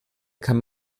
kann